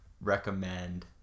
recommend